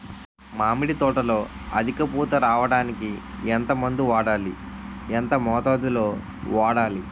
మామిడి తోటలో అధిక పూత రావడానికి ఎంత మందు వాడాలి? ఎంత మోతాదు లో వాడాలి?